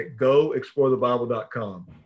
goexplorethebible.com